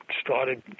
started